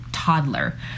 toddler